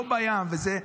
לא בים וזה,